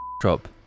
Drop